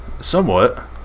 Somewhat